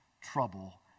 trouble